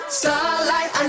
starlight